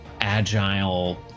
agile